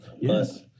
yes